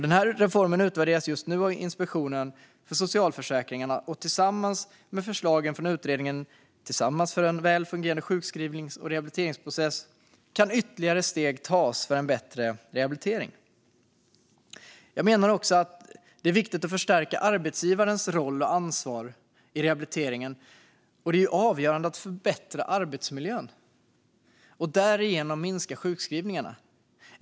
Denna reform utvärderas just nu av Inspektionen för socialförsäkringarna, och tillsammans med förslagen från utredningen Tillsammans för en välfungerande sjukskrivnings och rehabiliteringsprocess kan ytterligare steg tas för en bättre rehabilitering. Det är också viktigt att förstärka arbetsgivarens roll och ansvar i rehabiliteringen, och det är avgörande att förbättra arbetsmiljön och därigenom minska sjukskrivningarna.